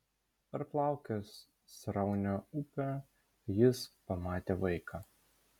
perplaukęs sraunią upę jis pamatė vaiką